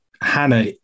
Hannah